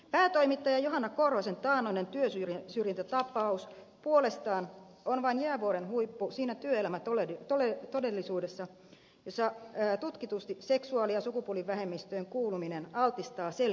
päätoimittaja johanna korhosen taannoinen työsyrjintätapaus puolestaan on vain jäävuoren huippu siinä työelämätodellisuudessa jossa tutkitusti seksuaali ja sukupuolivähemmistöön kuuluminen altistaa selkeälle työsyrjinnälle